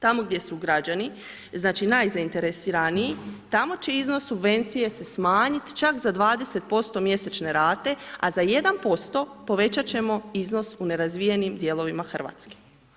Tamo gdje su građani znači najzainteresiraniji, tamo će iznos subvencije se smanjiti čak za 20% mjesečne rate, a za 1% povećat ćemo iznos u nerazvijenim dijelovima RH.